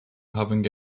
having